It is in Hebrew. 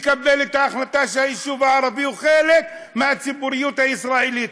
לקבל את ההחלטה שהיישוב הערבי הוא חלק מהציבוריות הישראלית,